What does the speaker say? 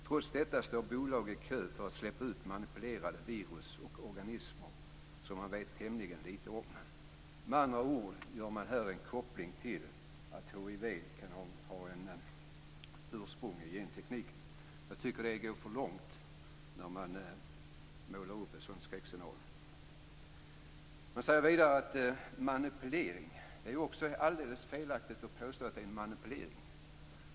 Trots detta står bolag i kö för att släppa ut manipulerade virus och organismer som man vet tämligen litet om." Med andra ord antyder man här att hiv kan ha ett ursprung i gentekniken. Jag tycker att det är att gå för långt att måla upp ett sådant skräckscenario. Man talar vidare i reservationen om manipulering, men det är alldeles felaktigt att påstå att det handlar om manipulering.